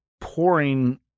pouring